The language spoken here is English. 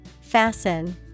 Fasten